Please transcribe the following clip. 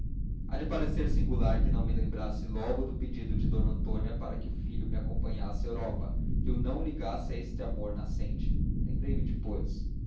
há de parecer singular que não me lembrasse logo do pedido de d antônia para que o filho me acompanhasse à europa e o não ligasse a este amor nascente lembrei-me depois